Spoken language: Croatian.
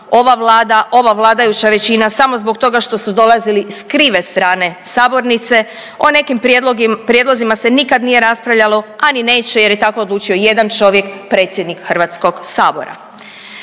ova Vlada, ova vladajuća većina samo zbog toga što su dolazili s krive strane sabornice. O nekim prijedlozima se nikad nije raspravljalo, a ni neće jer je tako odlučio jedan čovjek predsjednik HS-a. Mnoge